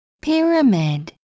Pyramid